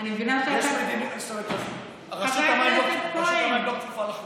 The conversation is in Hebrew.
רשות המים לא כפופה לחוקים?